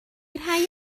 rhai